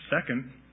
Second